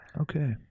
okay